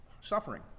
suffering